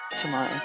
tomorrow